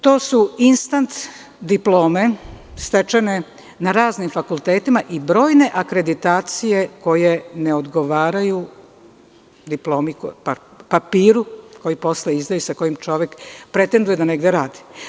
To su instant diplome stečene na raznim fakultetima i brojne akreditacije koje ne odgovaraju papiru koji se posle izdaje i sa kojim čovek posle pretenduje da negde radi.